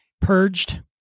purged